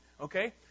okay